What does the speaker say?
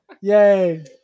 Yay